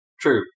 True